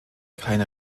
keine